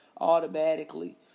automatically